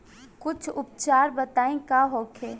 कुछ उपचार बताई का होखे?